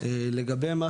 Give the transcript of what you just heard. לגבי מה